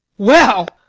well.